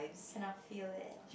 cannot feel it